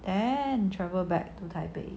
then travel back to taipei